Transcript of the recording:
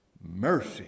Mercy